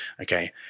Okay